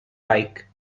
like